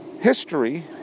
history